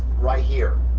right here,